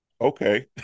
okay